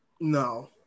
No